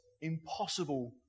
impossible